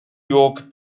york